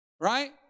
Right